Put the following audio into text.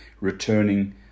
returning